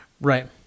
Right